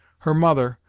her mother,